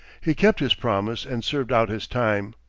he kept his promise and served out his time.